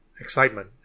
excitement